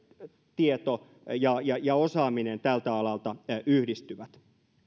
tieto ja ja osaaminen tältä alalta yhdistyvät